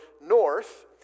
north